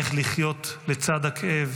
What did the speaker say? איך לחיות לצד הכאב